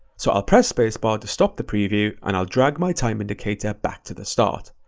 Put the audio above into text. so i'll press space bar to stop the preview and i'll drag my time indicator back to the start.